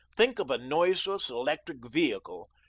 think of a noiseless electric vehicle,